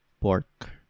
Pork